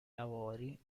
lavori